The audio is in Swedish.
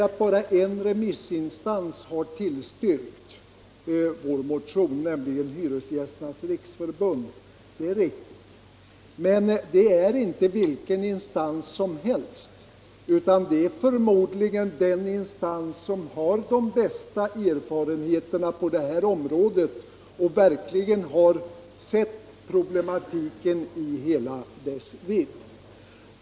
Att bara en remissinstans har tillstyrkt vår motion, nämligen Hyresgästernas riksförbund, är riktigt. Men det är inte vilken instans som helst, utan det är förmodligen den som har de bästa erfarenheterna på det här området och verkligen har sett problematiken i hela dess vidd.